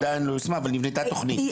היא עדיין לא יוזמה אבל נבנתה תכנית.